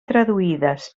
traduïdes